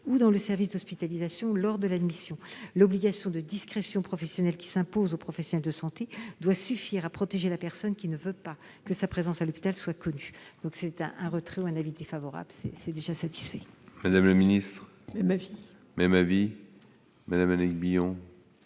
ou dans le service d'hospitalisation lors de l'admission. L'obligation de discrétion professionnelle qui s'impose aux professionnels de santé doit suffire à protéger la personne qui ne veut pas que sa présence à l'hôpital soit connue. Demande de retrait ou avis défavorable. Quel est l'avis du Gouvernement ? Même avis. Madame Billon,